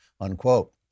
Unquote